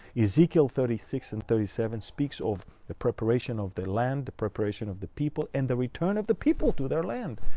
ezekiel, thirty six and thirty seven speaks off the preparation of the land, preparation of the people, and the return of the people to their land.